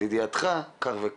בדבר התעריף.